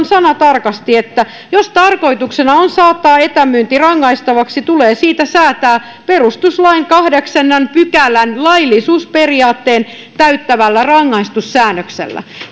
sanatarkasti että jos tarkoituksena on saattaa etämyynti rangaistavaksi tulee siitä säätää perustuslain kahdeksannen pykälän laillisuusperiaatteen täyttävällä rangaistussäännöksellä